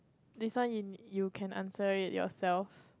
this one y~ you can answer it yourself